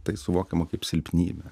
tai suvokiama kaip silpnybė